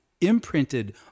imprinted